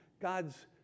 God's